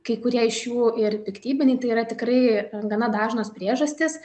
kai kurie iš jų ir piktybiniai tai yra tikrai gana dažnos priežastys